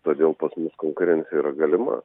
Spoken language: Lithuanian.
todėl pas mus konkurencija yra galima